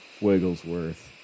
Wigglesworth